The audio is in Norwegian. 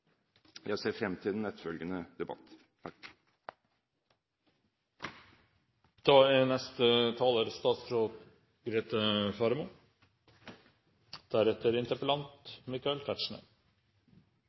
Jeg ser frem til den etterfølgende debatt. Voldtekt er